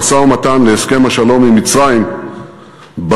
במשא-ומתן להסכם השלום עם מצרים ברור